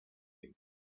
him